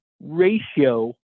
ratio